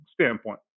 standpoint